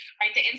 right